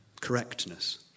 correctness